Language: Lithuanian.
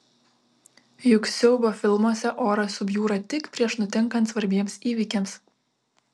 juk siaubo filmuose oras subjūra tik prieš nutinkant svarbiems įvykiams